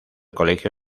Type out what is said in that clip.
colegio